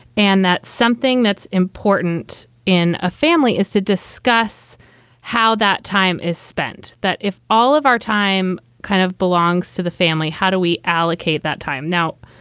and that's something that's important in a family is to discuss how that time is spent. that if all of our time kind of belongs to the family, how do we allocate that time now?